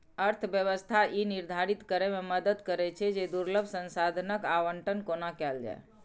अर्थव्यवस्था ई निर्धारित करै मे मदति करै छै, जे दुर्लभ संसाधनक आवंटन कोना कैल जाए